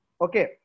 Okay